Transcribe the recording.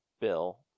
bill